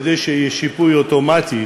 כדי שיהיה שיפוי אוטומטי